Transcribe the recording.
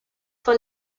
for